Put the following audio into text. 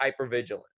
hypervigilant